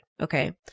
okay